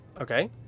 Okay